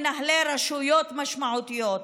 מנהלי רשויות משמעותיות,